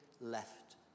left